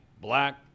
black